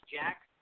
Jack